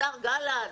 השר גלנט.